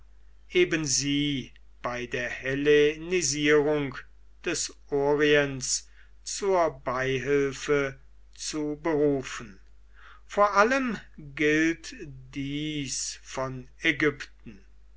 eben sie bei der hellenisierung des orients zur beihilfe zu berufen vor allem gilt dies von ägypten